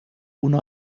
una